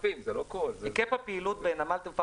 --- היקף הפעילות בנמל התעופה